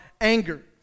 anger